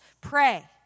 pray